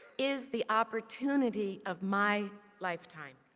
is the opportunity of my lifetime.